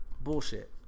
Bullshit